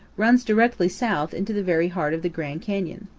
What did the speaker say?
runs directly south into the very heart of the grand canyon.